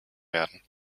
werden